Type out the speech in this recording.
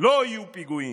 לא יהיו פיגועים,